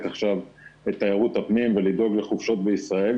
עכשיו את תיירות הפנים ולדאוג לחופשות בישראל.